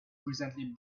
presently